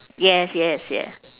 yes yes yeah